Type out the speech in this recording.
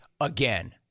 again